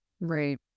Right